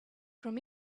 from